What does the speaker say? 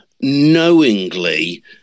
knowingly